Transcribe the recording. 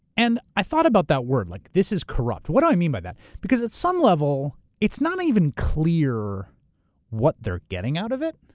and i thought about that word, like this is corrupt. what do i mean by that? because at some level, it's not even clear what they're getting out of it.